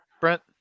Brent